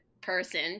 person